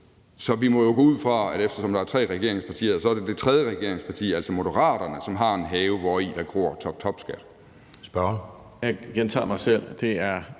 Så vi må jo gå ud fra, at eftersom der er tre regeringspartier, er det tredje regeringsparti, altså Moderaterne, som har en have, hvori der gror toptopskat.